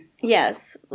Yes